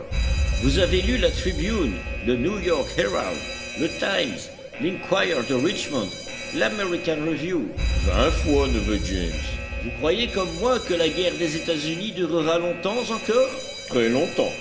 vous avez lu la tribune le new york herald le times l'enquirer de richmond lamerican review vingt fois neveu james vous croyez comme moi que la guerre des etats-unis durera longtemps encore très longtemps